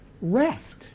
rest